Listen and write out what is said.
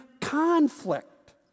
conflict